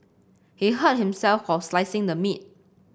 he hurt himself while slicing the meat